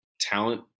talent